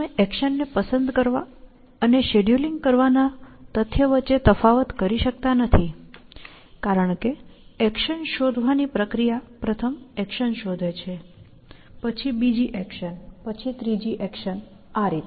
તમે એક્શન ને પસંદ કરવા અને શેડયુલિંગ કરવાના તથ્ય વચ્ચે તફાવત કરી શકતા નથી કારણ કે એક્શન શોધવાની પ્રક્રિયા પ્રથમ એક્શન શોધે છે પછી બીજી એક્શન પછી ત્રીજી એક્શન આ રીતે